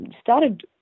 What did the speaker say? started